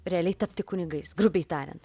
realiai tapti kunigais grubiai tariant